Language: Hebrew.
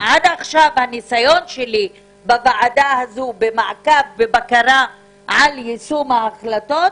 עד עכשיו הניסיון שלי בוועדה הזאת במעקב ובבקרה על יישום ההחלטות